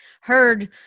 heard